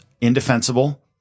indefensible